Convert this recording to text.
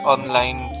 Online